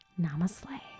Namaste